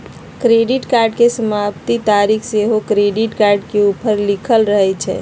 credit card के समाप्ति तारिख सेहो क्रेडिट कार्ड के ऊपर लिखल रहइ छइ